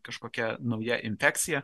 kažkokia nauja infekcija